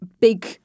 big